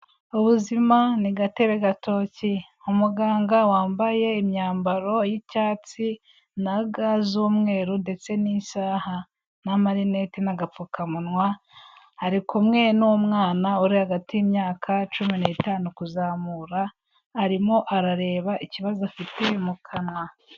Ubuzima ni gatebe gatoki, umuganga wambaye imyambaro y'icyatsi, na ga z'umweru ndetse n'isaha, n'amarinete, n'agapfukamunwa, ari kumwe n'umwana uri hagati y'imyaka cumi n'itanu kuzamura, arimo arareba ikibazo afite mu kanwa.